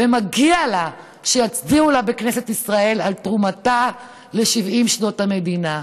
ומגיע לה שיצדיעו לה בכנסת ישראל על תרומתה ל-70 שנות המדינה,